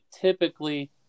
typically